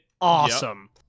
awesome